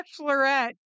bachelorette